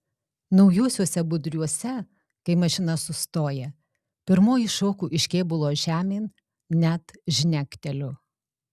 naujuosiuose budriuose kai mašina sustoja pirmoji šoku iš kėbulo žemėn net žnekteliu